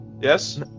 Yes